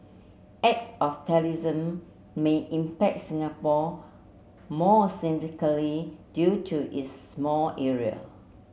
acts of terrorism may impact Singapore more significantly due to its small area